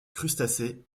crustacés